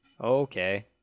okay